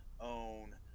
own